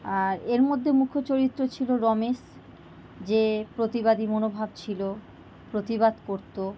আর এর মধ্যে মুখ্য চরিত্র ছিল রমেশ যে প্রতিবাদী মনোভাব ছিলো প্রতিবাদ করতো